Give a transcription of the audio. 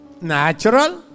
natural